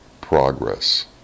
progress